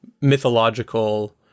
mythological